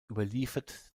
überliefert